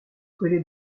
collé